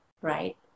right